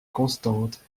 constante